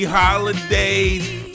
holidays